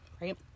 right